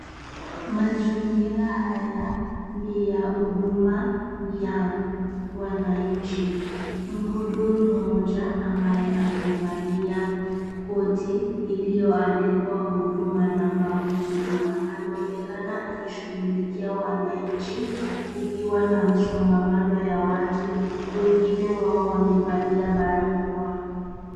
Mazingira haya ni ya huduma ya wananchi, mhudumu mmoja ambaye amevalia koti iliyoandikwa Huduma Namba huku nyuma anaonekana akishughulikia wananchi kukiwa na msongamano wa watu wengine wao wamevalia barakoa.